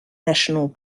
national